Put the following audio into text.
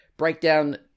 breakdown